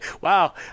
wow